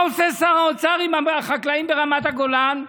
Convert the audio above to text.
מה עושה שר האוצר עם החקלאים ברמת הגולן,